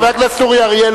חבר הכנסת אורי אריאל,